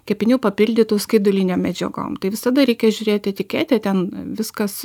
kepinių papildytų skaidulinėm medžiagom tai visada reikia žiūrėti etiketę ten viskas